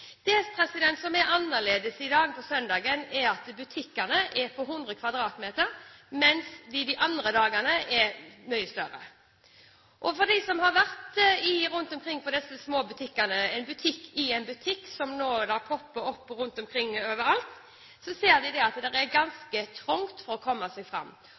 Det som i dag er annerledes på søndagen, er at butikkene er på 100 m2, mens de de andre dagene er mye større. De som har vært rundt omkring i disse små butikkene – en butikk i en butikk, som nå popper opp overalt – ser at det er ganske trangt å komme seg fram.